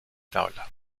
tabla